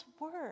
work